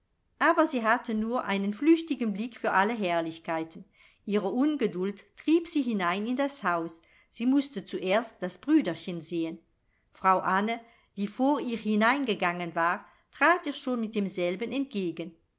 aber sie hatte nur einen flüchtigen blick für alle herrlichkeiten ihre ungeduld trieb sie hinein in das haus sie mußte zuerst das brüderchen sehen frau anne die vor ihr hineingegangen war trat ihr schon mit demselben entgegen